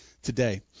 today